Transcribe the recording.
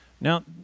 now